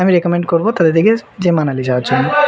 আমি রেকমেন্ড করবো তাদের দিকে যে মানালি যাওয়ার জন্য